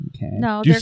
No